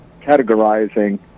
categorizing